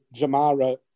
Jamara